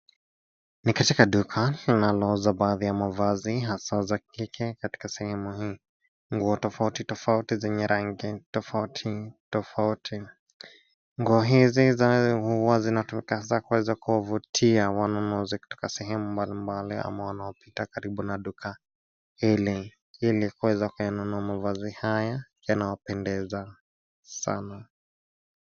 Ni katika duka linalouza baadhi ya mavazi hasa za kike katika sehemu hii nguo tofauti tofauti zenye rangi tofauti tofauti. Nguo hizi huwa zinatumika hasa kuweza kuwavutia wanunuzi katika sehemu mbalimbali ama wanaopita karibu na duka hili ili kuweza kuyanunua mavazi haya yanayopendeza sana.